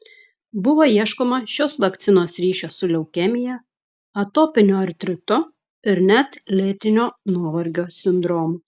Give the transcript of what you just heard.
buvo ieškoma šios vakcinos ryšio su leukemija atopiniu artritu ir net lėtinio nuovargio sindromu